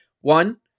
One